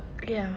ya